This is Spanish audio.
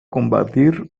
combatir